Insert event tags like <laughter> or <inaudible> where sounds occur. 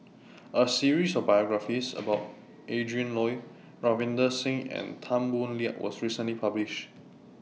A series of biographies about <noise> Adrin Loi Ravinder Singh and Tan Boo Liat was recently published